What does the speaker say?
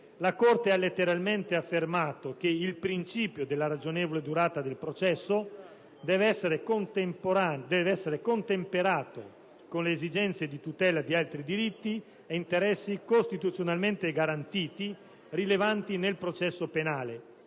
la Corte ha letteralmente affermato che: «il principio della ragionevole durata del processo deve essere contemperato con le esigenze di tutela di altri diritti e interessi costituzionalmente garantiti rilevanti nel processo penale,